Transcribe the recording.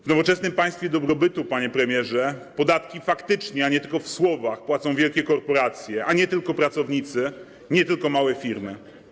W nowoczesnym państwie dobrobytu, panie premierze, podatki faktycznie, a nie tylko w słowach, płacą wielkie korporacje, a nie tylko pracownicy i małe firmy.